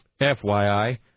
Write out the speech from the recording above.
FYI